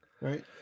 right